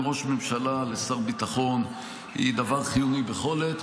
ראש ממשלה לשר ביטחון היא דבר חיוני בכל עת,